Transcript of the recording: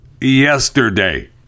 yesterday